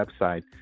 website